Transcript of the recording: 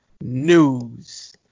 news